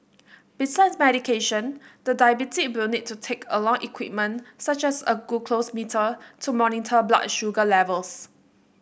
besides medication the diabetic will need to take along equipment such as a glucose meter to monitor blood sugar levels